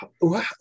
wow